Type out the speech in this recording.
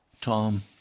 Tom